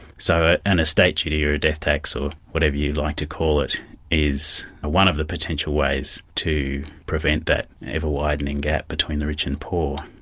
so an estate duty or a death tax or whatever you'd like to call it is one of the potential ways to prevent that ever-widening gap between the rich and poor.